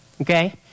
okay